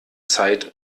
zeit